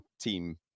team